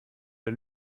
der